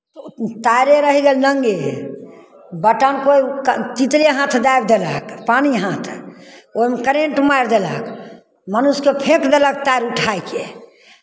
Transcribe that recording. तारे रहि गेल नंगे बटम कोइ तितले हाथ दाबि देलक पानि हाथ ओहिमे करेंट मारि देलक मनुष्यकेँ फेँकि देलक तार उठाए कऽ